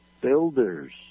builders